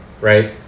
Right